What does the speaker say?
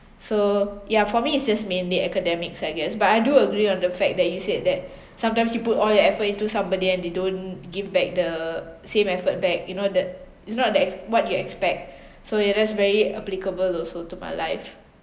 so ya for me it's just mainly academics I guess but I do agree on the fact that you said that sometimes you put all your effort into somebody and they don't give back the same effort back you know that it's not that what you expect so it is very applicable also to my life